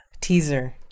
teaser